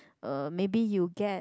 uh maybe you get